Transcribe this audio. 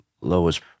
lowest